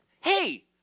hey